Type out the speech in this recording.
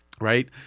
right